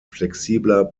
flexibler